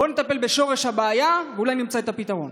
בוא נטפל בשורש הבעיה, ואולי נמצא את הפתרון.